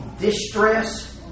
distress